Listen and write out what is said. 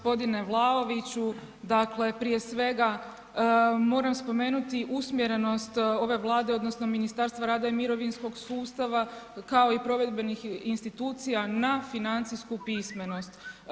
Poštovani g. Vlaoviću, dakle prije svega, moram spomenuti usmjerenost ove Vlade, odnosno Ministarstva rada i mirovinskog sustava, kao i provedbenih institucija na financijsku pismenost.